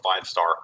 five-star